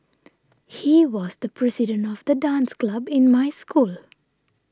he was the president of the dance club in my school